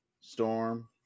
Storm